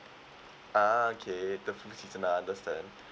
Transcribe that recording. ah okay the is I understand